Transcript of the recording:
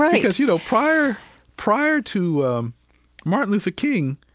um because, you know, prior prior to martin luther king,